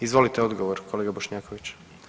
Izvolite odgovor kolega Bošnjaković.